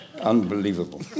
Unbelievable